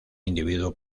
individuo